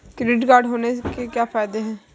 Credit card होने के क्या फायदे हैं?